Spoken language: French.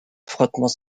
frottement